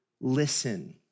listen